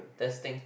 testing